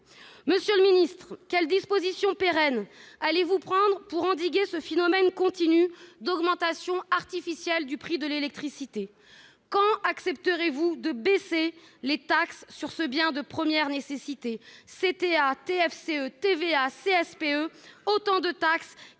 Monsieur le ministre, quelles dispositions pérennes allez-vous prendre pour endiguer ce phénomène continu d'augmentation artificielle du prix de l'électricité ? Quand accepterez-vous de baisser les taxes sur ce bien de première nécessité ? CTA, TFCE, TVA, CSPE : autant de taxes